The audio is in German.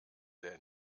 der